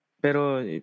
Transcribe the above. Pero